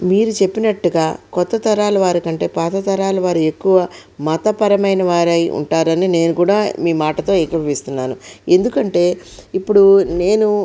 మీరు చెప్పినట్టుగా కొత్త తరాలు వారి కంటే పాత తరాలు వారు ఎక్కువ మతపరమైన వారై ఉంటారని నేను కూడా మీ మాటతో ఏకీభవిస్తున్నాను ఎందుకంటే ఇప్పుడు నేను